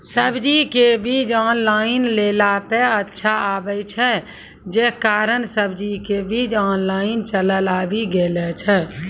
सब्जी के बीज ऑनलाइन लेला पे अच्छा आवे छै, जे कारण सब्जी के बीज ऑनलाइन चलन आवी गेलौ छै?